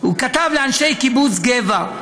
הוא כתב לאנשי קיבוץ גבע,